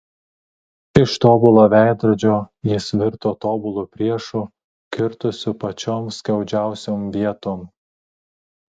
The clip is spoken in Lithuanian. iš tobulo veidrodžio jis virto tobulu priešu kirtusiu pačion skaudžiausion vieton